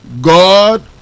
God